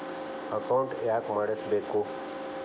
Account ಯಾಕ್ ಮಾಡಿಸಬೇಕು?